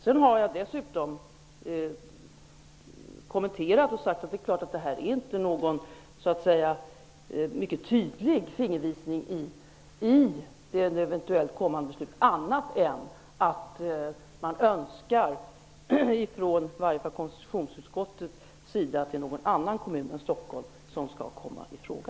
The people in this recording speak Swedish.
Sedan har jag dessutom kommenterat och sagt att det inte finns någon tydlig fingervisning i det eventuellt kommande beslutet annat än att konstitutionsutskottet önskar att någon annan kommun än Stockholm kommer i fråga.